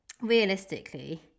realistically